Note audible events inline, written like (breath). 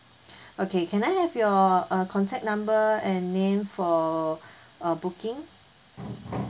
(breath) okay can I have your uh contact number and name for uh booking